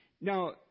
Now